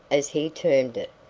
as he termed it,